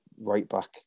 right-back